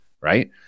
Right